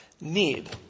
need